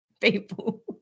people